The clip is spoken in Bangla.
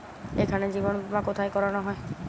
এখানে জীবন বীমা কোথায় করানো হয়?